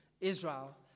Israel